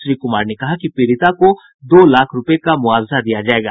श्री कुमार ने कहा कि पीड़िता को दो लाख रूपये का मुआवजा दिया जायेगा